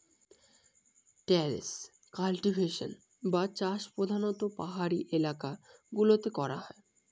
terrace cultivation বা চাষ প্রধানত পাহাড়ি এলাকা গুলোতে করা হয়